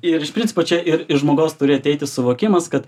ir iš principo čia ir iš žmogaus turi ateiti suvokimas kad